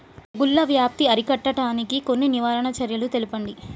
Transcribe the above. తెగుళ్ల వ్యాప్తి అరికట్టడానికి కొన్ని నివారణ చర్యలు తెలుపండి?